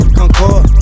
concord